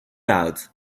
out